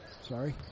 Sorry